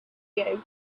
you